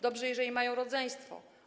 Dobrze, jeżeli mają rodzeństwo.